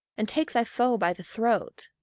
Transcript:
and take thy foe by the throat.